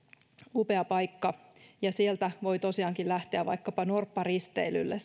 upea paikka ihan siitä olavinlinnan kupeesta voi tosiaankin lähteä sitten vaikkapa norpparisteilylle